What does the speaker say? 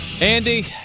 Andy